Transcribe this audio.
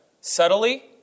subtly